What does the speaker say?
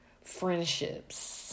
friendships